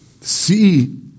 See